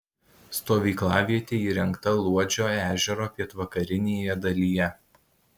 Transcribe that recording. stovyklavietė įrengta luodžio ežero pietvakarinėje dalyje